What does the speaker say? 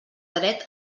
dret